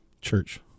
Church